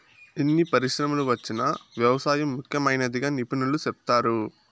ఎన్ని పరిశ్రమలు వచ్చినా వ్యవసాయం ముఖ్యమైనదిగా నిపుణులు సెప్తారు